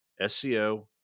SEO